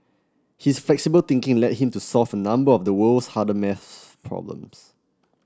his flexible thinking led him to solve a number of the world's hardest maths problems